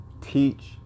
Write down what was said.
teach